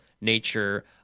nature